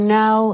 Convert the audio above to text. now